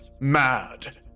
mad